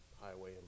highway